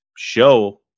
show